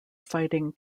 fighting